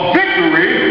victory